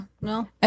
no